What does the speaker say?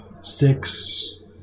six